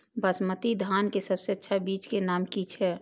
बासमती धान के सबसे अच्छा बीज के नाम की छे?